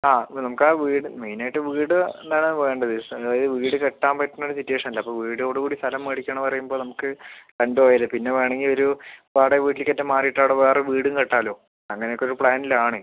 ആ നമുക്കാ വീട് മെയിനായിട്ട് വീട് തന്നാണ് വേണ്ടത് അതായത് വീട് കെട്ടാൻ പറ്റുന്നൊരു സിറ്റുവേഷൻ അല്ല അപ്പോൾ വീടോടുകൂടി സ്ഥലം മേടിക്കണമെന്ന് പറയുമ്പോൾ നമുക്ക് രണ്ടും ആയല്ലോ പിന്നെ വേണമെങ്കിൽ ഒരു വാടകവീട്ടിലേക്കോ മറ്റോ മാറിയിട്ട് അവിടെ വേറെ വീടും കെട്ടാല്ലോ അങ്ങനെയൊക്കെയൊരു പ്ലാനിലാണ്